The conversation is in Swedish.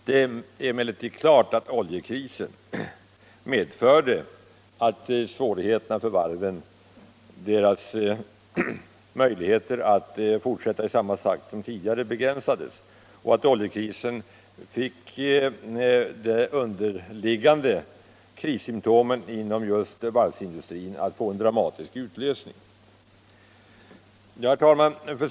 Det är emellertid klart att oljekrisen medförde svårigheter för varven, och deras möjligheter att fortsätta arbeta i samma takt som tidigare begränsades; oljekrisen gjorde att de underliggande krissymptomen inom just varvsindustrin fick en dramatisk utlösning. Herr talman!